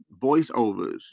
voiceovers